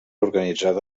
organitzada